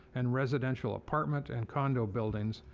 and residential apartment and condo buildings,